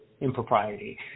impropriety